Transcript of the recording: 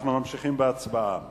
אנחנו ממשיכים בהצבעה